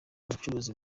ubucuruzi